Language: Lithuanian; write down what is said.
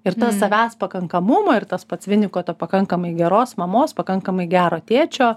ir tas savęs pakankamumo ir tas pats viniko to pakankamai geros mamos pakankamai gero tėčio